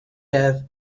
have